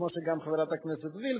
כמו חברת הכנסת וילף,